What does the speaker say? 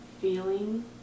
feeling